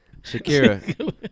Shakira